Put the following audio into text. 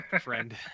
friend